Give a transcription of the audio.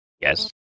yes